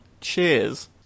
cheers